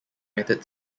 united